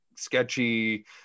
Sketchy